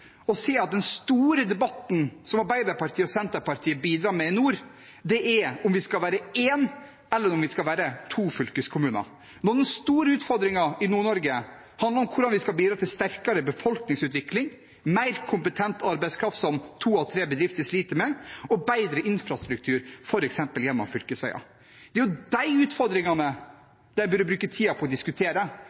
å se at den store debatten Arbeiderpartiet og Senterpartiet bidrar med i nord, er om vi skal være én eller om vi skal være to fylkeskommuner, når den store utfordringen i Nord-Norge handler om hvordan vi skal bidra til sterkere befolkningsutvikling, mer kompetent arbeidskraft, som to av tre bedrifter sliter med, og bedre infrastruktur, f.eks. gjennom fylkesveier. Det er jo de utfordringene de burde bruke tiden på å diskutere,